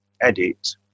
edit